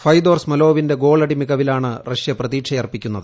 Fyodor സ്മോലോവിന്റെ ഗോളടി മികവിലാണ് റഷ്യ പ്രതീക്ഷയർപ്പിക്കുന്നത്